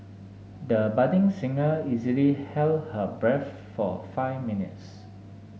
the budding singer easily held her breath for five minutes